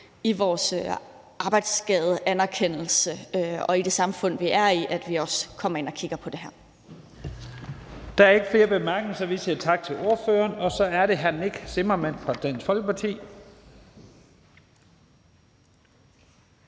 i vores arbejdsskadeanerkendelse og i det samfund, vi er i, at vi også kommer ind og kigger på det her. Kl. 11:45 Første næstformand (Leif Lahn Jensen): Der er ikke flere korte bemærkninger, så vi siger tak til ordføreren. Så er det hr. Nick Zimmermann fra Dansk Folkeparti.